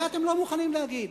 את זה אתם לא מוכנים להגיד.